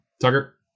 tucker